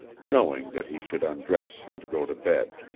knowing that he should undress and go to bed.